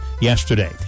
yesterday